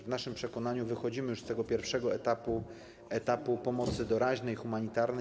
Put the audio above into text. W naszym przekonaniu wychodzimy już z tego pierwszego etapu, etapu pomocy doraźnej, humanitarnej.